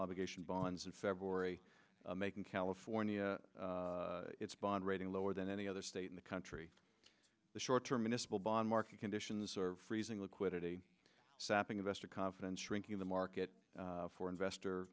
obligation bonds in february making california its bond rating lower than any other state in the country the short term initial bond market conditions are freezing liquidity sapping investor confidence shrinking the market for investor